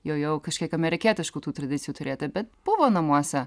jau jau kažkiek amerikietiškų tų tradicijų turėti bet buvo namuose